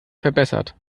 verbessert